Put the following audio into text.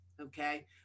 okay